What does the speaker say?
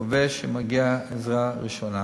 חובש ומגיש עזרה ראשונה.